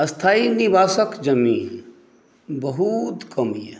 स्थाइ निवासक जमीन बहुत कम यऽ